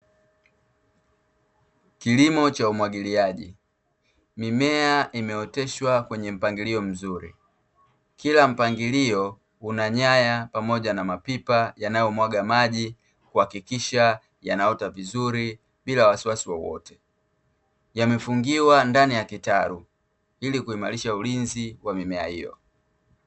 Kilimo cha umwagiliaji, mimea imeoteshwa kwenye mpangilio mzuri, kila mpangilio una nyaya pamoja na mapipa yanayomwaga maji kuhakikisha yanaota vizuri bila wasiwasi wowote, yamefungiwa ndani ya kitalu ili kuimarisha ulinzi wa mimea hiyo.